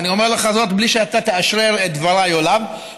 ואני אומר לך זאת בלי שאתה תאשרר את דבריי או לאו,